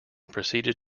proceeded